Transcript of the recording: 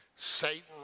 Satan